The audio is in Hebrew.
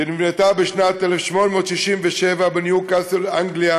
שנבנתה בשנת 1867 בניוקאסל אנגליה